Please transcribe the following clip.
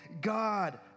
God